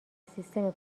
سیستم